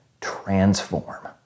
transform